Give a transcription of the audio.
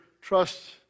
trust